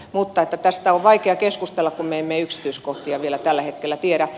mutta tästä on vaikea keskustella kun me emme yksityiskohtia vielä tällä hetkellä tiedä